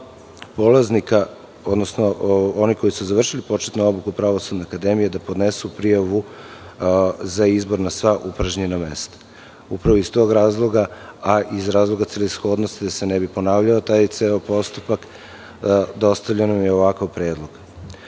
polaznika odnosno onih koji su završili početku obuku Pravosudne akademije da podnesu prijavu za izbor na sva upražnjena mesta. Iz tog razloga a iz razloga celishodnosti, da se ne bih ponavljao, taj ceo postupak, dostavljen vam je ovakav predlog. Pored